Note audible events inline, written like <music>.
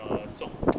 uh 种 <noise>